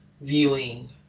viewing